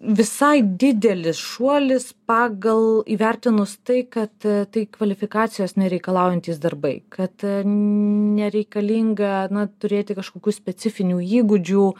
visai didelis šuolis pagal įvertinus tai kad tai kvalifikacijos nereikalaujantys darbai kad nereikalinga na turėti kažkokių specifinių įgūdžių